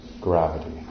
gravity